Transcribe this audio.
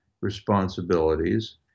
responsibilities